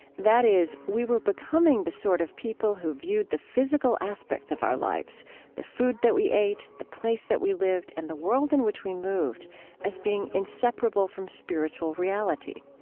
that is, we were becoming the sort of people who viewed the physical aspects of our lives the food that we ate, the place that we lived, and the world in which we moved as being inseparable from spiritual reality.